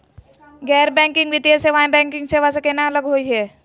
गैर बैंकिंग वित्तीय सेवाएं, बैंकिंग सेवा स केना अलग होई हे?